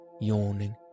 yawning